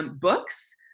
Books